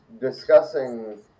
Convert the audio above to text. discussing